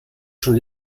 schon